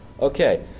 Okay